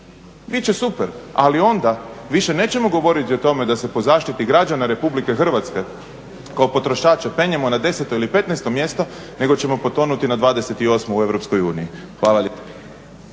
će super ali onda više nećemo govoriti o tome da se po zaštiti građana Republike Hrvatske kao potrošači penjemo na 10. ili 15. mjesto nego ćemo potonuti na 28. u Europskoj uniji.